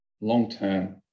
long-term